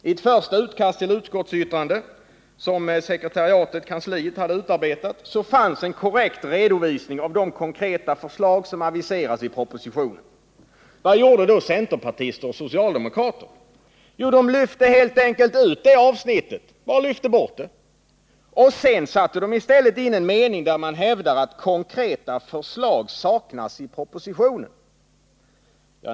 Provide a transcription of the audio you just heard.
I ett första utkast till utskottsbetänkande, som utskottskansliet hade utarbetat, fanns en korrekt redovisning av de konkreta förslag som aviserats i propositionen. Vad gjorde då centerpartister och socialdemokrater? Jo, de lyfte helt enkelt ut hela det avsnittet. I stället satte de in en mening som hävdar att ”konkreta förslag saknas i propositionen”.